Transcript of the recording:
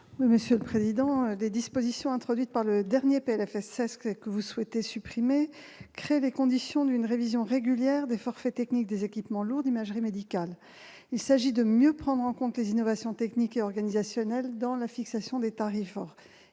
loi de financement de la sécurité sociale pour 2017 que vous souhaitez supprimer créent les conditions d'une révision régulière des forfaits techniques des équipements lourds d'imagerie médicale. Il s'agit de mieux prendre en compte les innovations techniques et organisationnelles dans la fixation des tarifs.